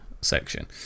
section